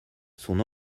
son